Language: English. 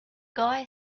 guy